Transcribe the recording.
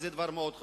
וזה דבר מאוד חשוב.